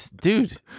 Dude